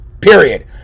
Period